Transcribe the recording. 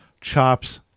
chops